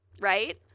right